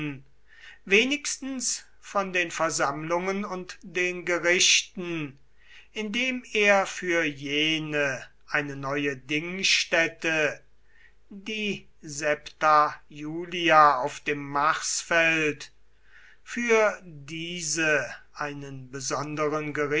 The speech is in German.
wenigstens von den versammlungen und den gerichten indem er für jene eine neue dingstätte die saepta iulia auf dem marsfeld für diese einen besonderen